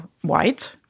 white